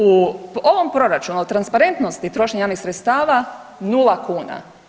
U ovom proračunu o transparentnosti trošenja javnih sredstava 0 kn.